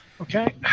Okay